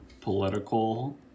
political